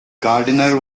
gardiner